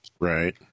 Right